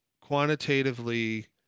quantitatively